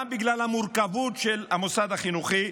גם בגלל המורכבות של המוסד החינוכי,